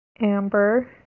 Amber